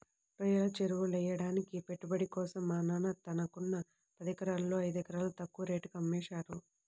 రొయ్యల చెరువులెయ్యడానికి పెట్టుబడి కోసం మా నాన్న తనకున్న పదెకరాల్లో ఐదెకరాలు తక్కువ రేటుకే అమ్మేశారు